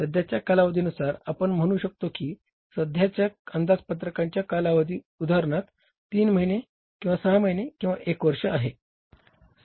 सध्याच्या कालावधीनुसार आपण म्हणू शकतो की सध्याचा अंदाजपत्रकाच्या कालावधी उदाहरणार्थ 3 महिने किंवा 6 महिने किंवा 1 वर्ष आहे